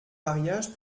mariage